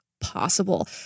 possible